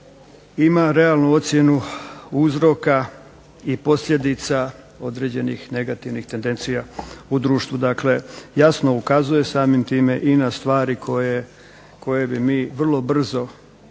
ima realnu ocjenu uzroka i posljedica određenih negativnih tendencija u društvu, dakle jasno ukazuje samim time i na stvari koje bi mi vrlo brzo